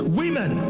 women